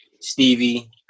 Stevie